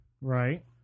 Right